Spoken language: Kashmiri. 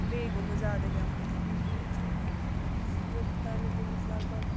بیٚیہِ گوٚمُت زیادٕ بٮ۪مار تَتھ منٛز پیٲرۍ پیٲرۍ سُہ یوتَتھ تام تہٕ تٔمِس لگ بگ